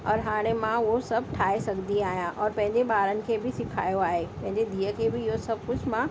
और हाणे मां उहो सभु ठाहे सघंदी आहियां और पंहिंजे ॿारनि खे बि सेखारियो आहे पंहिंजे धीअ खे बि इहो सभु कुझु मां